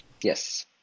Yes